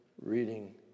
reading